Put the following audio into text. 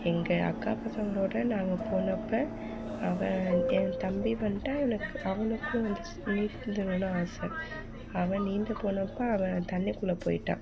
எங்கள் அக்கா பசங்களோடய நாங்கள் போனப்போ அவன் என் தம்பி வந்துட்டு அவனுக்கு அவனுக்கும் வந்து ஸ்விம்மிங் நீந்தணும்னு ஆசை அவன் நீந்த போனப்போ அவன் தண்ணிக்குள்ளே போயிட்டான்